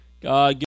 God